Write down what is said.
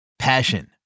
Passion